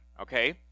Okay